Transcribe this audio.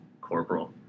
corporal